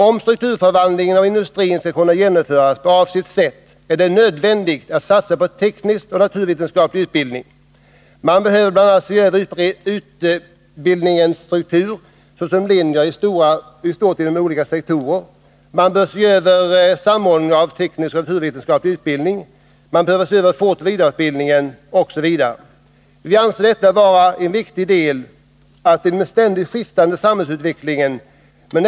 Om strukturförvandlingen av industrin skall kunna genomföras på avsett sätt är det nödvändigt att satsa på teknisk och naturvetenskaplig utbildning. Man behöver bl.a. se över utbildningens struktur, såsom utbudet av linjer i stort inom olika sektorer. Man bör vidare se över samordningen av teknisk och naturvetenskaplig utbildning, behovet av fortoch vidareutbildning osv. Vi anser detta vara en viktig del av en ständigt skiftande samhällsutveckling.